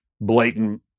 blatant